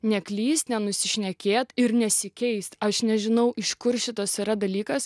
neklyst nenusišnekėt ir nesikeist aš nežinau iš kur šitas yra dalykas